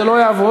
זה לא יעבוד.